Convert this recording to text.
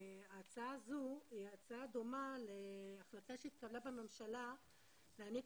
הצעה דומה להחלטה שהתקבלה בממשלה להעניק